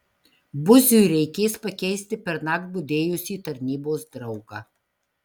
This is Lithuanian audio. buziui reikės pakeisti pernakt budėjusį tarnybos draugą